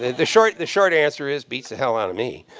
the short the short answer is, beats the hell out of me.